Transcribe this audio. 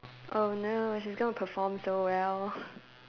oh no she's gonna perform so well